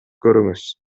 көрүңүз